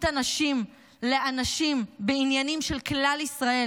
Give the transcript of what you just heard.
הנשים לאנשים בעניינים של כלל ישראל.